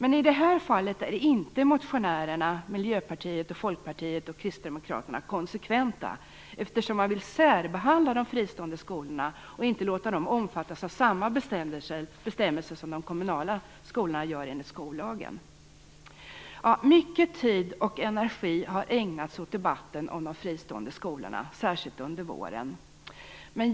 I detta fall är motionärerna Miljöpartiet, Folkpartiet och kristdemokraterna inte konsekventa, eftersom man vill särbehandla de fristående skolorna och inte låta dem omfattas av samma bestämmelser som de kommunala skolorna gör enligt skollagen. Mycket tid och energi har ägnats åt debatten om de fristående skolorna, särskilt under våren.